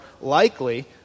likely